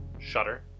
Shutter